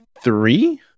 three